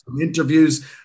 interviews